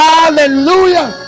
Hallelujah